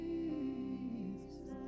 Jesus